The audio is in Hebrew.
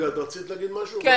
לומר משהו?